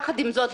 יחד עם זאת,